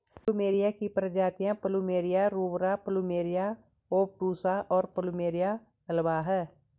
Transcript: plumeria की प्रजातियाँ plumeria rubra, plumeria obtusa, और प्लुमेरिया अल्बा हैं